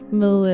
med